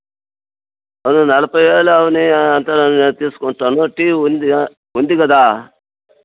నలభై వేలు అయినవి అంత తీసుకుంటాను టీవీ ఉంది ఉంది కదా